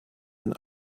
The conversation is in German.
ein